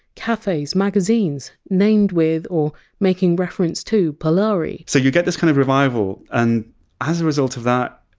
cafes, magazines, named with or making reference to polari. so you get this kind of revival and as a result of that,